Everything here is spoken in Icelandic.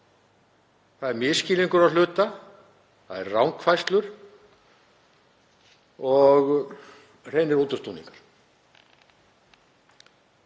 Það er misskilningur að hluta, það eru rangfærslur og hreinir útúrsnúningar.